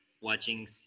watching